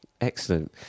Excellent